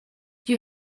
you